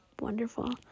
wonderful